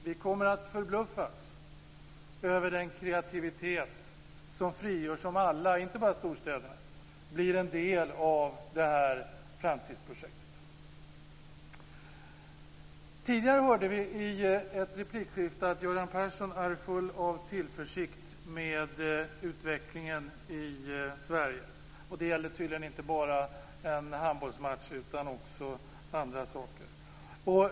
Vi kommer att förbluffas över den kreativitet som frigörs om alla, inte bara storstäderna, blir en del av detta framtidsprojekt. Tidigare hörde vi i ett replikskifte att Göran Persson är full av tillförsikt med utvecklingen i Sverige. Det gäller tydligen inte bara en handbollsmatch utan också andra saker.